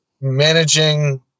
managing